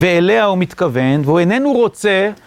ואליה הוא מתכוון, והוא איננו רוצה...